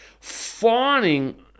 fawning